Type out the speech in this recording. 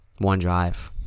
OneDrive